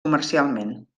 comercialment